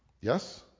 Yes